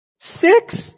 Six